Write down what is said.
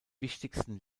wichtigsten